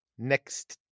Next